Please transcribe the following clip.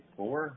four